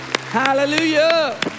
Hallelujah